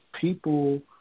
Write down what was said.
people